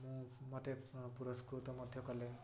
ମୁଁ ମୋତେ ପୁରସ୍କୃତ ମଧ୍ୟ କଲେ